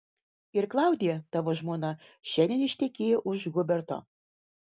ir klaudija tavo žmona šiandien ištekėjo už huberto